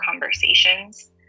conversations